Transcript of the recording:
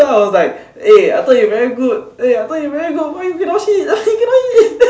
so I was like eh I thought you very good eh I thought you very good why you cannot hit he cannot hit